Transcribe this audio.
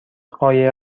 قایق